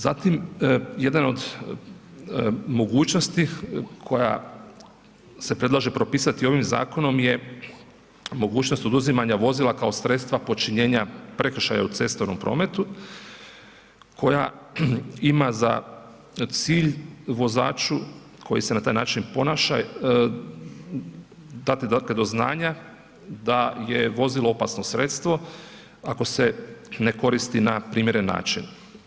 Zatim, jedan od mogućnosti koja se predlaže propisati ovim zakonom je mogućnost oduzimanja vozila kao sredstva počinjenja prekršaja u cestovnom prometu koja ima za cilj vozaču koji se na taj način ponaša dati do znanja da je vozilo opasno sredstvo ako se ne koristi na primjeren način.